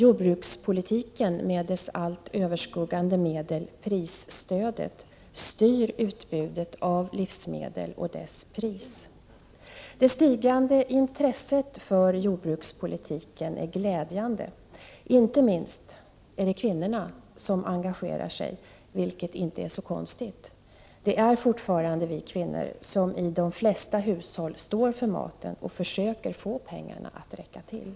Jordbrukspolitiken med dess allt överskuggande medel — prisstödet — styr utbudet av livsmedel och priset på livsmedel. Det stigande intresset för jordbrukspolitiken är glädjande. Det är särskilt kvinnorna som engagerar sig, vilket inte är så konstigt. I de flesta hushåll är det ju fortfarande kvinnorna som står för maten och som försöker få pengarna att räcka till.